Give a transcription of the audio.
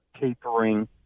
tapering